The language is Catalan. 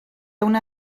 una